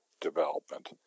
development